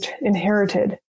inherited